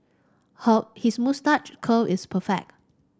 he his moustache curl is perfect